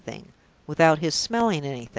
without his smelling anything,